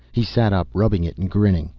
he sat up, rubbing it and grinning.